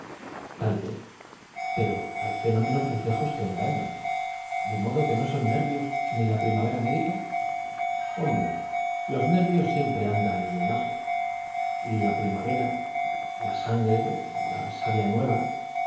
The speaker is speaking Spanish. tal vez pero hay fenómenos reflejos que engañan de modo que no son los nervios ni la primavera médica hombre los nervios siempre andan en el ajo y la primavera la sangre la savia nueva